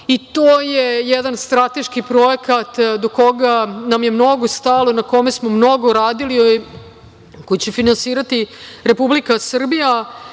i to je jedan strateški projekat do koga nam je mnogo stalo, na kome smo mnogo radili koji će finansirati Republika Srbija.